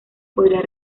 podría